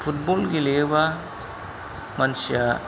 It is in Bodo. फुटबल गेलेयोबा मानसिया